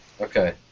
Okay